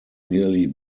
nearly